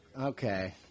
Okay